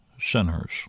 sinners